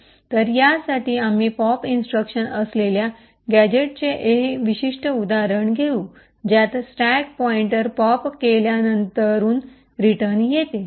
तर यासाठी आम्ही पॉप इंस्ट्रक्शन असलेल्या गॅझेटचे हे विशिष्ट उदाहरण घेऊ ज्यात स्टॅक पॉईंटर पॉप केल्या नंतरून रिटर्न येते